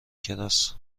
کراس